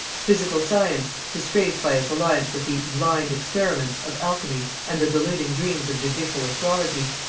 physical science, disgraced by its alliance with the blind experiments of alchemy and the deluding dreams of judicial astrology,